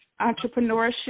entrepreneurship